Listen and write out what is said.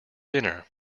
dinner